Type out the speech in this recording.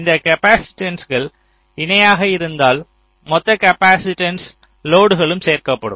இந்த காப்பாசிட்டன்ஸ்கள் இணையாக இருந்தால் மொத்த காப்பாசிட்டன்ஸ் லோடுகளும் சேர்க்கப்படும்